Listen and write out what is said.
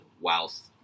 whilst